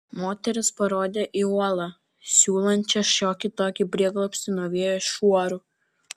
moteris parodė į uolą siūlančią šiokį tokį prieglobstį nuo vėjo šuorų